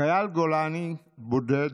חייל גולני בודד